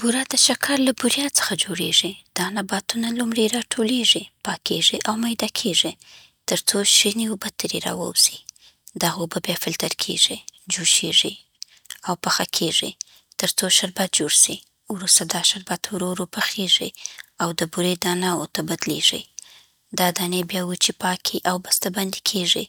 بوره د شکر له بوريا څخه جوړیږي. دا نباتونه لومړی راټولیږي، پاکیږي او میده کیږي تر څو شیرین اوبه ترې راووځي. دغه اوبه بیا فلتر کېږي، جوشېږي او پخه کېږي تر څو شربت جوړ سي. وروسته دا شربت ورو ورو یخېږي او د بورې دانه‌و ته بدلېږي. دا دانې بیا وچې، پاکې او بسته‌بندې کېږي.